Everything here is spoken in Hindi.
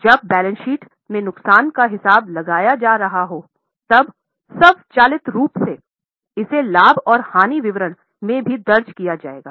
जब बैलेंस शीट में नुकसान का हिसाब लगाया जा रहा हों तब स्वचालित रूप से इसे लाभ और हानि विवरण में भी दर्ज किया जाएगा